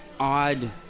odd